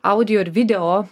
audio ir video